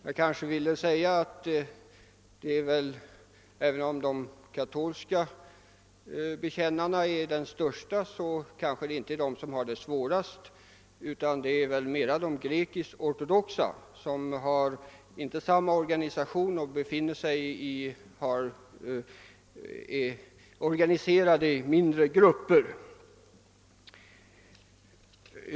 Jag vill tillägga att även om de katolska bekännarna utgör den största invandrarkyrkan är det kanske inte de som har det svårast, utan det är snarare de grekisk-ortodoxa bekännarna, som inte har samma organisation utan är samlade i mindre grupper.